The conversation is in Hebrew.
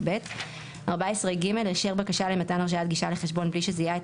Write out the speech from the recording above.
או (ב); (14ג) אישר בקשה למתן הרשאת גישה לחשבון בלי שזיהה את